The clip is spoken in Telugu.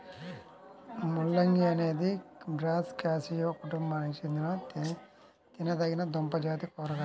ముల్లంగి అనేది బ్రాసికాసియే కుటుంబానికి చెందిన తినదగిన దుంపజాతి కూరగాయ